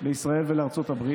לישראל ולארצות הברית,